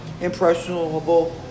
impressionable